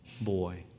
boy